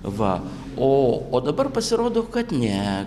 va o o dabar pasirodo kad ne